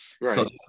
Right